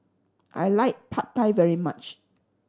I like Pad Thai very much